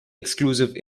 exclusive